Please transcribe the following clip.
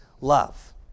love